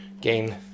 gain